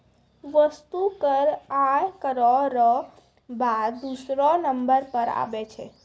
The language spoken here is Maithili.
वस्तु कर आय करौ र बाद दूसरौ नंबर पर आबै छै